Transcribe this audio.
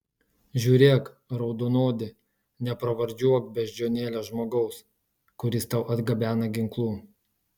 žiūrėk raudonodi nepravardžiuok beždžionėle žmogaus kuris tau atgabena ginklų